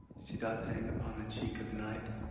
she doth hang upon the cheek of night,